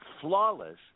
flawless